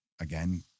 Again